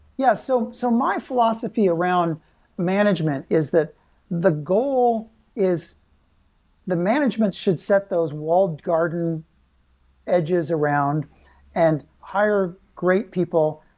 yeah. so so my philosophy around management is that the goal is the management should set those walled garden edges around and hire great people,